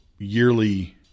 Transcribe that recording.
Yearly